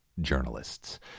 journalists